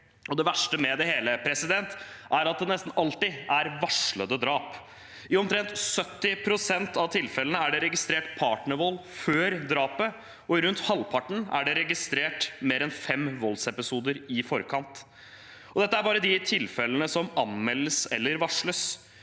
Det verste med det hele er at det nesten alltid er varslede drap. I omtrent 70 pst. av tilfellene er det registrert partnervold før drapet, og i rundt halvparten er det registrert mer enn fem voldsepisoder i forkant – og dette er bare de tilfellene som anmeldes eller varsles.